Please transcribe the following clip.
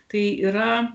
tai yra